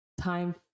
time